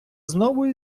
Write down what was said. знову